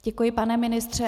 Děkuji, pane ministře.